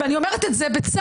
ואני אומרת את זה בצער,